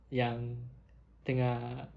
yang tengah